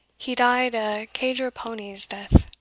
he died a cadger-powny's death,